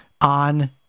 on